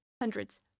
Hundreds